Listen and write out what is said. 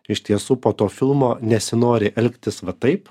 iš tiesų po to filmo nesinori elgtis va taip